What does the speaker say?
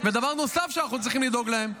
ודבר נוסף שאנחנו צריכים לדאוג להם,